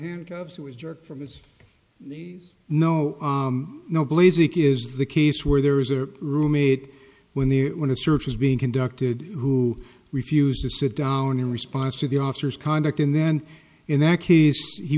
handcuffs who was jerked from his knees no no blasi is the case where there is a roommate when they when the search is being conducted who refused to sit down in response to the officer's conduct and then in that case he